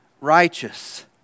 righteous